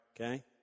okay